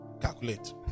calculate